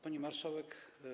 Pani Marszałek!